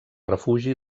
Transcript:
refugi